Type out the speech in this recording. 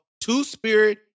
two-spirit